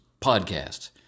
podcast